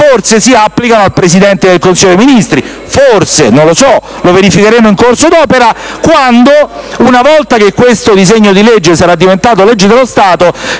forse si applicano al Presidente del Consiglio dei ministri. Non lo so. Lo verificheremo in corso d'opera quando, una volta che questo disegno di legge sarà diventato legge dello Stato,